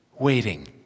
waiting